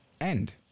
end